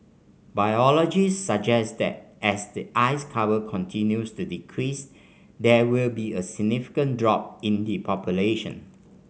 biologists suggest that as the ice cover continues to decrease there will be a significant drop in the population